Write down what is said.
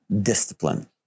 discipline